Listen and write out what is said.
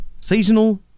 seasonal